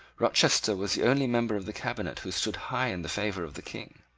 rochester was the only member of the cabinet who stood high in the favour of the king.